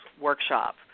Workshop